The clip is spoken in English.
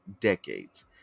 decades